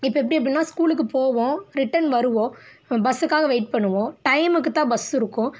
இப்போ எப்படி அப்படின்னா ஸ்கூலுக்கு போவோம் ரிட்டர்ன் வருவோம் பஸ்ஸுக்காக வெய்ட் பண்ணுவோம் டைமுக்கு தான் பஸ்ஸு இருக்கும்